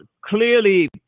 Clearly